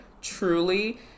truly